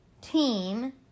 team